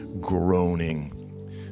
groaning